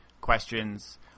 questions